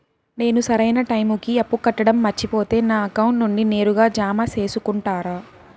నేను సరైన టైముకి అప్పు కట్టడం మర్చిపోతే నా అకౌంట్ నుండి నేరుగా జామ సేసుకుంటారా?